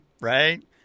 right